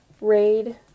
raid